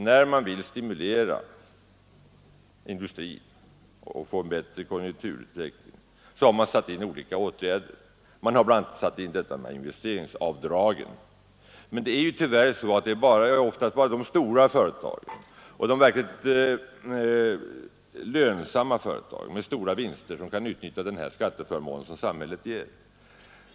Man har för att stimulera industrin och få en bättre konjunkturutveckling tillgripit olika åtgärder, bl.a. investeringsavdragen. Men det är tyvärr oftast bara de stora och de verkligt lönsamma företagen som kan utnyttja den skatteförmån som samhället därmed ger.